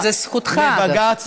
וזו זכותך, אגב.